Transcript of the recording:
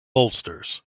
bolsters